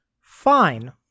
fine